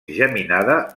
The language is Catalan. geminada